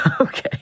Okay